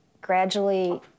Gradually